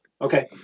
Okay